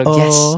yes